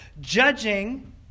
judging